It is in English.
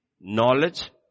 knowledge